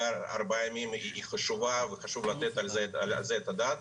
ארבעה ימים היא חשובה וחשוב לתת על זה את הדעת.